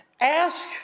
ask